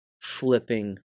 flipping